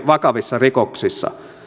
vakavissa rikoksissa